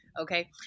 Okay